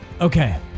Okay